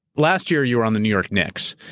last year, you were on the new york knicks,